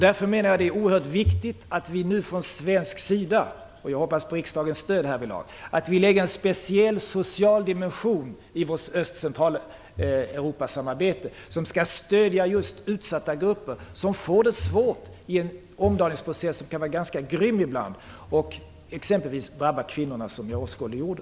Därför menar jag att det är oerhört viktigt att vi i Sverige - och jag hoppas på riksdagens stöd härvidlag - lägger en speciell social dimension i vårt samarbete med Öst och Centraleuropa för att just stödja utsatta grupper som får det svårt i en omdaningsprocess som kan vara ganska grym ibland och som t.ex. kan drabba kvinnorna, som jag åskådliggjorde.